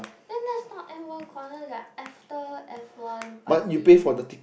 then that's not F one concert it's like after F one party